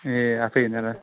ए आफै हिँडेर